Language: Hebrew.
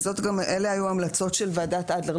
כי אלה היו גם ההמלצות של ועדת אדלר,